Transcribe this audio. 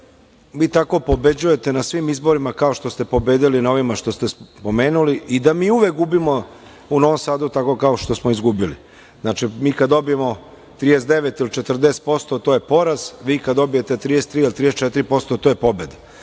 da vi tako pobeđujete na svim izborima kao što ste pobedili na ovima što ste spomenuli i da mi uvek gubimo u Novom Sadu kao što smo izgubili. Znači, mi kad dobijemo 39% ili 40% to je poraz, vi kad dobijete 33% ili 34% to je pobeda.